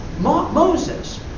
Moses